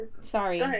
sorry